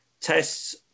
tests